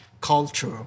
culture